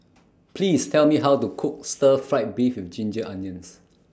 Please Tell Me How to Cook Stir Fried Beef with Ginger Onions